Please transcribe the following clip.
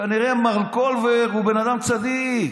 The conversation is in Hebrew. כנראה מר קולבר הוא בן אדם צדיק,